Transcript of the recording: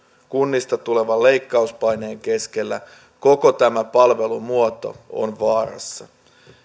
kunnista tulevan leikkauspaineen keskellä koko tämä palvelumuoto on vaarassa